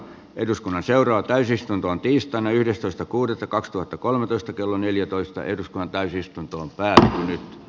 eduskunnan seuraa täysistuntoon tiistaina yhdestoista kuudetta kaksituhattakolmetoista kello neljätoista eduskunnan täysistuntoon pää tai